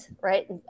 right